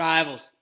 Rivals